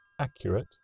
accurate